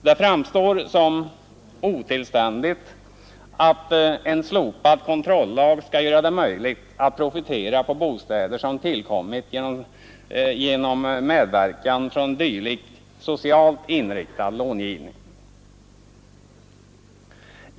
Det framstår som otillständigt att en slopad kontrollag skall göra det möjligt att profitera på bostäder som tillkommit genom medverkan från en dylik socialt inriktad långivning.